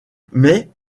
mais